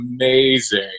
amazing